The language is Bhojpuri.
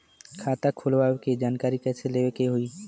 खाता खोलवावे के जानकारी कैसे लेवे के होई?